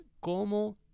como